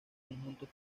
conjuntos